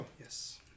Yes